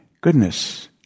goodness